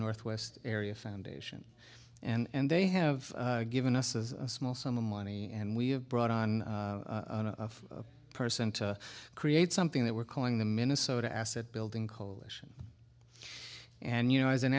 northwest area foundation and they have given us a small sum of money and we have brought on of person to create something that we're calling the minnesota asset building coalition and you know as an